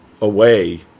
away